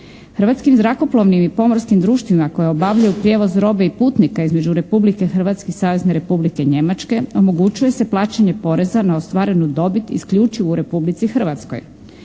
Hrvatskim zrakoplovnim i pomorskim društvima koja obavljaju prijevoz robe i putnika između Republike Hrvatske i Savezne Republike Njemačke omogućuje se plaćanje poreza na ostvarenu dobit isključivo u Republici Hrvatskoj.